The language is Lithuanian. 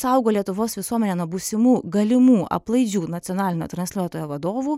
saugo lietuvos visuomenę nuo būsimų galimų aplaidžių nacionalinio transliuotojo vadovų